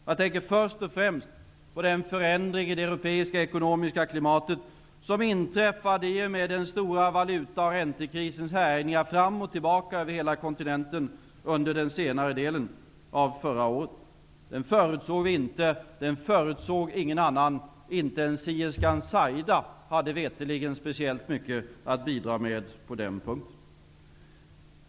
Jag tänker först och främst på den förändring i det europeiska ekonomiska klimatet som inträffade i och med den stora valuta och räntekrisens härjningar över hela kontinenten under senare delen av förra året. Den förutsåg vi inte, och inte någon annan heller. Inte ens sierskan Saida hade veterligen speciellt mycket att bidra med på den punkten.